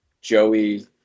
Joey